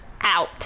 out